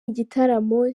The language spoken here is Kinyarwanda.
igitaramo